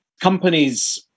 companies